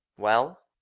well?